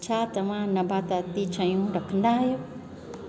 छा तव्हां नबाताती शयूं रखंदा आहियो